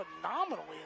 phenomenally